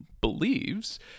believes